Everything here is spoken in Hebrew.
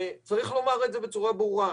צריך לומר את זה בצורה ברורה,